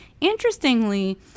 interestingly